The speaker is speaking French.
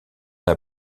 n’a